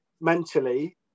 mentally